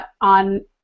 on